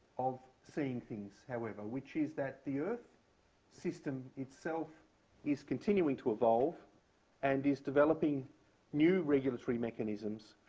of seeing things, however, which is that the earth system itself is continuing to evolve and is developing new regulatory mechanisms,